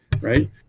right